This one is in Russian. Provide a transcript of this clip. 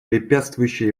препятствующие